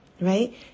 right